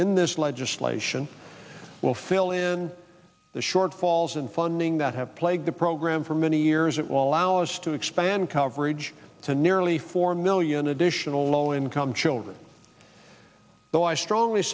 in this legislation will fill in the shortfalls in funding that have plagued the program for many years it will allow us to expand coverage to nearly four million additional low income children though i strongly